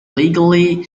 legally